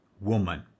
woman